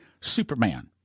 Superman